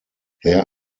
there